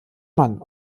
mann